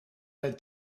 their